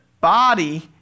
body